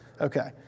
Okay